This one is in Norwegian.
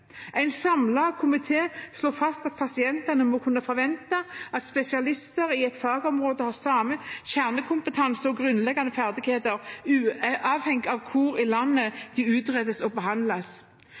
En samlet komité slår fast at pasientene må kunne forvente at spesialister i et fagområde har samme kjernekompetanse og grunnleggende ferdigheter, uavhengig av hvor i landet